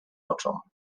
oczom